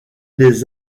des